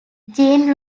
gene